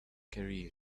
career